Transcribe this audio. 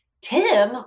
Tim